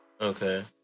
Okay